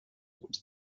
which